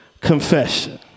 confession